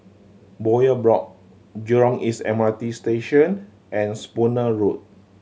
Bowyer Block Jurong East M R T Station and Spooner Road